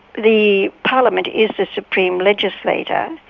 the parliament is the supreme legislator,